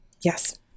Yes